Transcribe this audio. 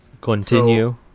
Continue